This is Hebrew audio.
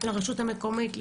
לרשות המקומית,